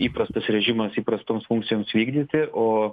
įprastas režimas įprastoms funkcijoms vykdyti o